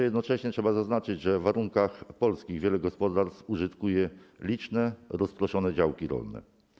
Jednocześnie trzeba zaznaczyć, że w warunkach polskich wiele gospodarstw użytkuje liczne, rozproszone działki rolne.